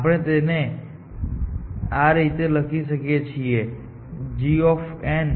આપણે તેને આ રીતે લખી શકીએ છીએ gnl1 hnl1 gh